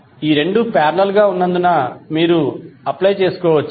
ఈ రెండు పారేలల్ గా ఉన్నందున మీరు ఏమి అప్లై చేసుకోవచ్చు